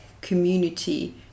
community